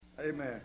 Amen